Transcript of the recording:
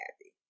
happy